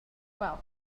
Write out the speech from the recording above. well